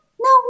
no